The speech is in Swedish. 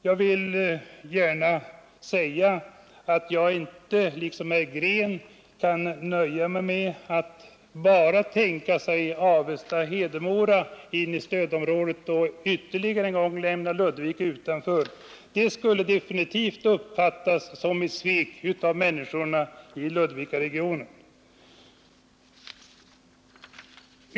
Jag vill gärna säga att jag inte, liksom herr Green, kan nöja mig med att bara Avesta och Hedemora kommer in i stödområdet och att man ytterligare en gång skall lämna Ludvikaregionen utanför. Det skulle av människorna i den sistnämnda regionen definitivt uppfattas som ett svek.